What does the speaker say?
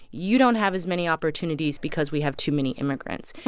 you don't have as many opportunities because we have too many immigrants.